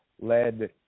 led